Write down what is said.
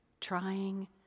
trying